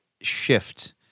shift